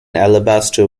alabaster